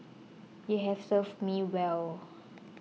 you have served me well